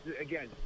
Again